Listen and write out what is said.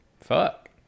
fuck